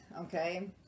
Okay